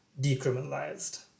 decriminalized